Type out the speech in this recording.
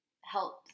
help